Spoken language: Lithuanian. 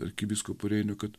arkivyskupu reiniu kad